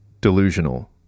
delusional